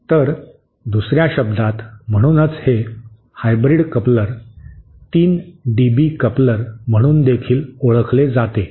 तर दुसया शब्दांत म्हणूनच हे हायब्रीड कपलर 3 डीबी कपलर म्हणून देखील ओळखले जाते